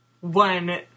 One